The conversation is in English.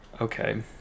okay